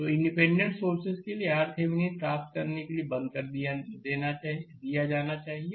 तोइंडिपेंडेंट sources के लिए RThevenin प्राप्त करने के लिए बंद कर दिया जाना चाहिए